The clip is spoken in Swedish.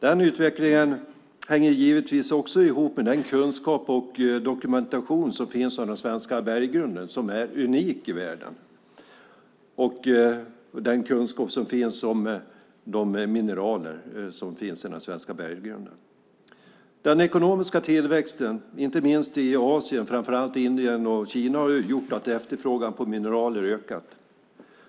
Den utvecklingen hänger givetvis också ihop med den kunskap och dokumentation som finns om den svenska berggrunden som är unik i världen, och kunskapen om de mineraler som finns i den svenska berggrunden. Den ekonomiska tillväxten, inte minst i Asien och framför allt i Indien och Kina, har gjort att efterfrågan på mineraler ökat.